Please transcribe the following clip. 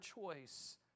choice